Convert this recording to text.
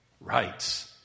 Rights